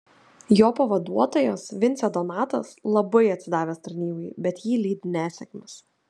jo pavaduotojas vincė donatas labai atsidavęs tarnybai bet jį lydi nesėkmės